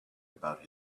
about